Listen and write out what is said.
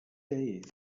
day